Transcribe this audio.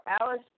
Alice